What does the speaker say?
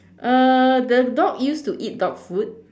uh the dog used to eat dog food